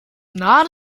not